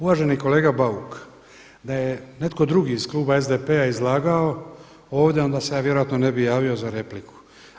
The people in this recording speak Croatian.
Uvaženi kolega Bauk, da je netko drugi iz Kluba SDP-a izlagao ovdje onda se ja vjerojatno ne bi javio za repliku.